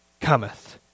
cometh